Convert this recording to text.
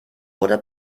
wurde